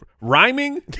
rhyming